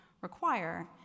require